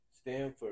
Stanford